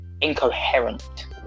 incoherent